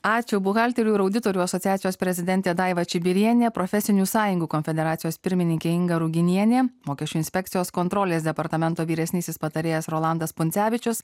ačiū buhalterių ir auditorių asociacijos prezidentė daiva čibirienė profesinių sąjungų konfederacijos pirmininkė inga ruginienė mokesčių inspekcijos kontrolės departamento vyresnysis patarėjas rolandas pundzevičius